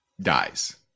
dies